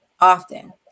often